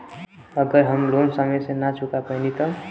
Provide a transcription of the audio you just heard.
अगर हम लोन समय से ना चुका पैनी तब?